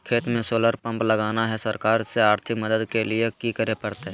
खेत में solar pump लगाना है, सरकार से आर्थिक मदद के लिए की करे परतय?